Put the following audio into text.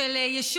זה לא היה,